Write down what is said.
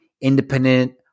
independent